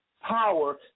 power